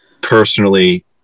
personally